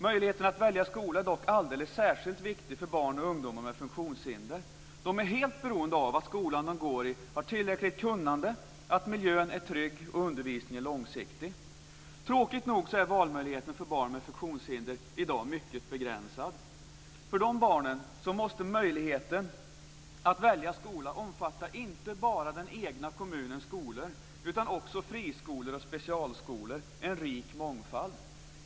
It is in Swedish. Möjligheten att välja skola är dock alldeles särskilt viktig för barn och ungdomar med funktionshinder. De är helt beroende av att skolan de går i har tillräckligt kunnande, att miljön är trygg och undervisningen långsiktig. Tråkigt nog är valmöjligheten för barn med funktionshinder i dag mycket begränsad. För de barnen måste möjligheten att välja skola omfatta inte bara den egna kommunens skolor, utan också friskolor och specialskolor, en rik mångfald.